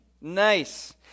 nice